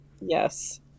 Yes